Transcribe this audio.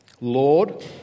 Lord